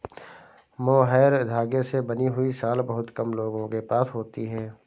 mohair धागे से बनी हुई शॉल बहुत कम लोगों के पास होती है